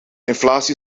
inflatie